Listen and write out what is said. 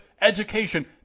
education